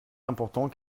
important